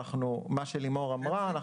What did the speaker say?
כפי שלימור אמרה,